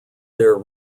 their